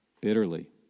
bitterly